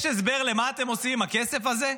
יש הסבר למה אתם עושים עם הכסף הזה?